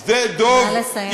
שדה-דב, נא לסיים.